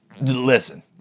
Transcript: listen